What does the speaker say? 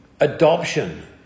Adoption